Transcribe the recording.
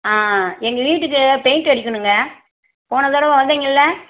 ஆ எங்கள் வீட்டுக்கு பெயிண்ட்டு அடிக்கணும்ங்க போன தடவை வந்தீங்கல்ல